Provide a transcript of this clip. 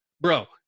bro